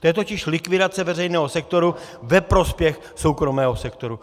To je totiž likvidace veřejného sektoru ve prospěch soukromého sektoru.